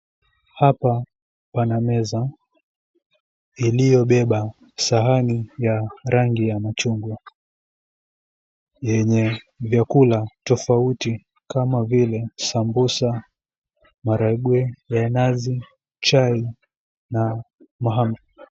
Hapa pana meza iliyobeba sahani ya rangi ya machungua yenye vyakula tofauti kama vile sambusa, maharagwe ya nazi, chai na mahamri.